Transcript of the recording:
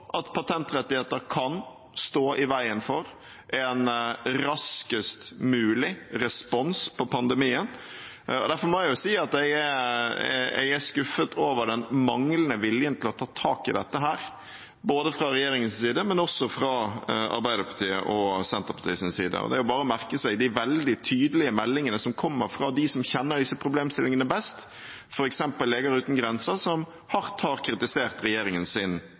at patentrettigheter kan stå i veien for en raskest mulig respons på pandemien, og derfor må jeg si at jeg er skuffet over den manglende viljen til å ta tak i dette, både fra regjeringens side og fra Arbeiderpartiets og Senterpartiets side. Det er bare å merke seg de veldig tydelige meldingene som kommer fra dem som kjenner disse problemstillingene best, f.eks. Leger Uten Grenser som hardt har kritisert